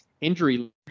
injury